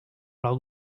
leurs